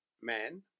man